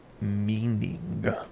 meaning